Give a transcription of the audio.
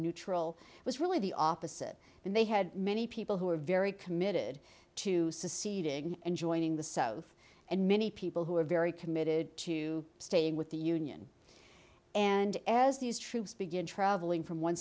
neutral was really the opposite and they had many people who were very committed to succeeding and joining the south and many people who are very committed to staying with the union and as these troops begin traveling from one